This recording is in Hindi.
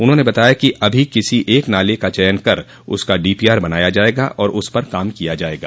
उन्होंने बताया कि अभो किसी एक नाले का चयन कर उसका डीपीआर बनाया जाएगा और उस पर काम किया जाएगा